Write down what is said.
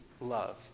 love